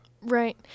Right